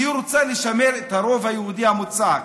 כי היא רוצה לשמר את הרוב היהודי המוצק.